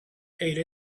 ate